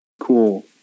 Cool